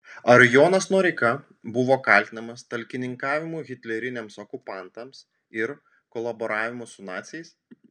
ar jonas noreika buvo kaltinamas talkininkavimu hitleriniams okupantams ir kolaboravimu su naciais